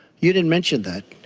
you didn't mention that,